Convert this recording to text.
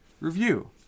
review